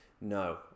no